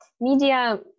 Media